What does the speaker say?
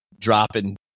dropping